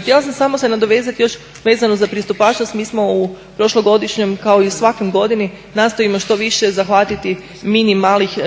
Htjela sam samo se nadovezati još vezano za pristupačnost, mi smo u prošlogodišnjem kao i svake godine nastojimo što više zahvatiti minimalnih